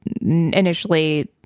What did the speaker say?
initially